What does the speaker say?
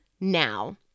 now